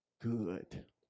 good